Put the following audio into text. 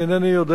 אני אינני יודע.